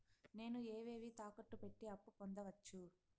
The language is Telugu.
నేను ఏవేవి తాకట్టు పెట్టి అప్పు పొందవచ్చు?